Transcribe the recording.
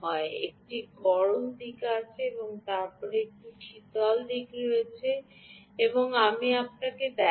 একটি গরম দিক আছে এবং তারপরে একটি শীতল দিক রয়েছে এবং আমি আপনাকে দেখাব